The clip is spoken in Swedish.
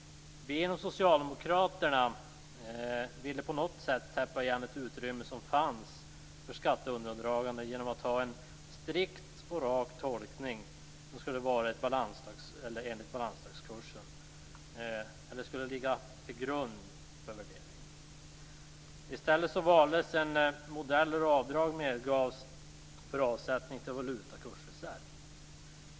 Vi inom Socialdemokraterna ville på något sätt täppa igen ett utrymme för skatteundandragande som fanns genom att ha en strikt och rak tolkning där balansdagskursen skulle ligga till grund för värderingen. I stället valdes en modell där avdrag medgavs för avsättning till valutakursreserv.